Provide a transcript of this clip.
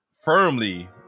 firmly